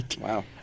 Wow